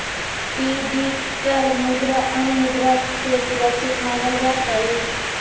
digital मुद्रा अन्य मुद्रा से सुरक्षित मानल जात हई